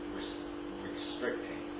restricting